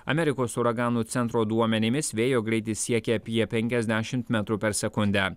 amerikos uraganų centro duomenimis vėjo greitis siekia apie penkiasdešim metrų per sekundę